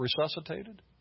resuscitated